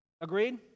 Agreed